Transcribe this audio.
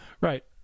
Right